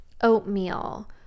oatmeal